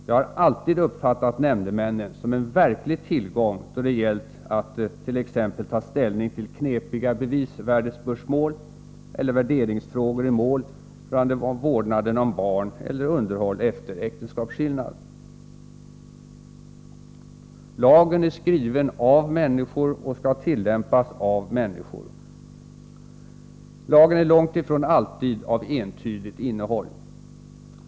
Jag har alltid uppfattat nämndemännen som en verklig tillgång då det gällt att t.ex. ta ställning till knepiga bevisvärdespörsmål eller värderingsfrågor i mål rörande vårdnaden om barn eller underhåll efter äktenskapsskillnad. Lagen är skriven av människor och skall tillämpas av människor. Lagen är långt ifrån alltid av entydigt innehåll.